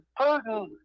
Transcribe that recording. putin